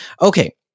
Okay